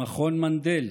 מכון מנדל,